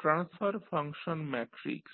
transfer function matrix